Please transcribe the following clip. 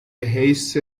حیث